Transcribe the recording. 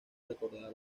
recordaba